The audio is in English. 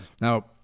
Now